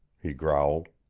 he growled.